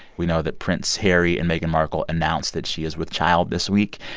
we know that prince harry and meghan markle announced that she is with child this week.